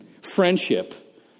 friendship